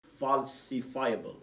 falsifiable